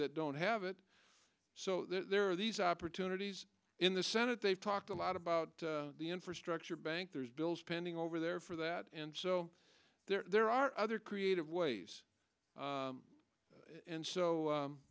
that don't have it so there are these opportunities in the senate they've talked a lot about the infrastructure bank there's bills pending over there for that and so there are other creative ways and so